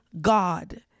God